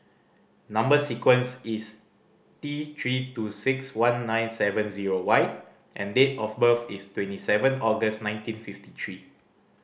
number sequence is T Three two six one nine seven zero Y and date of birth is twenty seven August nineteen fifty three